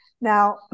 now